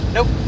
Nope